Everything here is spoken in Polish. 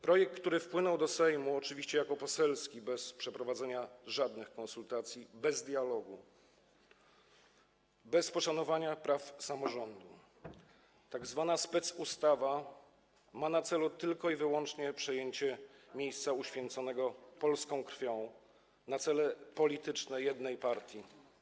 Projekt, który wpłynął do Sejmu jako projekt poselski, bez przeprowadzenia jakichkolwiek konsultacji, bez dialogu, bez poszanowania praw samorządu, tzw. specustawa, ma na celu tylko i wyłącznie przejęcie miejsca uświęconego polską krwią na cele polityczne jednej partii.